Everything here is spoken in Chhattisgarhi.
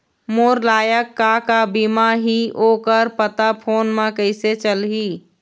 मोर लायक का का बीमा ही ओ कर पता फ़ोन म कइसे चलही?